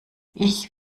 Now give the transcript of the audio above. ich